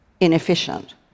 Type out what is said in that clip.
inefficient